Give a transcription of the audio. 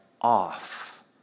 off